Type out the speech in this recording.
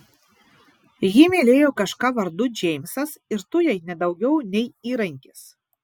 ji mylėjo kažką vardu džeimsas ir tu jai ne daugiau nei įrankis